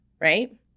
right